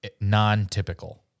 non-typical